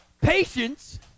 patience